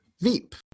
Veep